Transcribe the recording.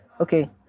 Okay